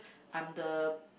I'm the